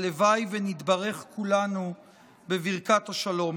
הלוואי ונתברך כולנו בברכת השלום.